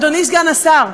אדוני סגן השר,